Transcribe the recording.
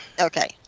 Okay